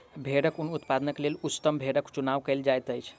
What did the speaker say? भेड़क ऊन उत्पादनक लेल उच्चतम भेड़क चुनाव कयल जाइत अछि